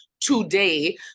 today